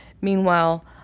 meanwhile